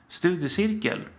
studiecirkel